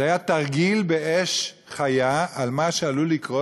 זה היה תרגיל באש חיה על מה שעלול לקרות,